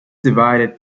divided